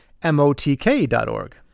MOTK.org